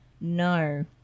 No